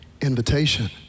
invitation